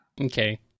Okay